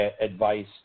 advice